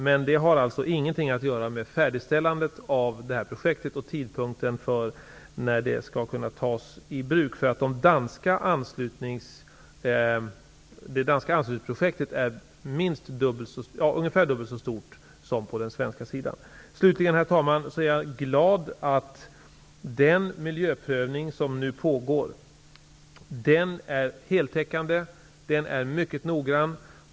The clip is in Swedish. Men det har ingenting att göra med färdigställandet av projektet och tidpunkten när förbindelsen skall kunna tas i bruk. Det danska anslutningsprojektet är ungefär dubbelt så stort som det på den svenska sidan. Slutligen, herr talman, är jag glad att den miljöprövning som nu pågår är heltäckande och mycket noggrann.